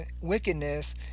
wickedness